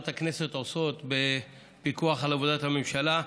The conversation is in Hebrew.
הכנסת עושות בפיקוח על עבודת הממשלה.